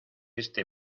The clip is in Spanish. este